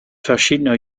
verschiedener